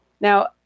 Now